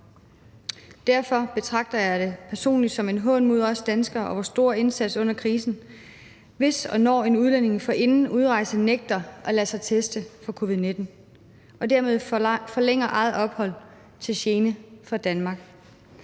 Derfor betragter jeg det personligt som en hån mod os danskere og vores store indsats under krisen, hvis og når en udlænding forinden udrejsen nægter at lade sig teste for covid-19 og dermed forlænger eget ophold til gene for Danmark.